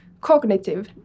cognitive